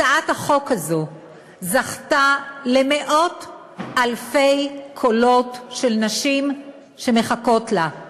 הצעת החוק הזו זכתה למאות-אלפי קולות של נשים שמחכות לה.